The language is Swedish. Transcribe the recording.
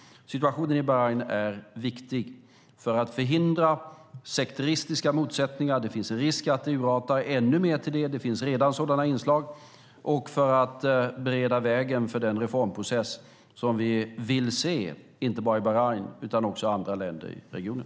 Situationen i Bahrain är viktig för att förhindra sekteristiska motsättningar - det finns en risk att det urartar ännu mer till det, och det finns redan sådana inslag - och för att bereda väg för den reformprocess som vi vill se, inte bara i Bahrain utan också i andra länder i regionen.